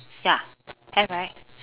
ya have right